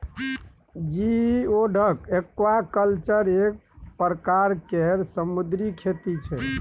geoduck aquaculture एक परकार केर समुन्दरी खेती छै